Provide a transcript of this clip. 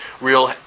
real